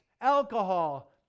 alcohol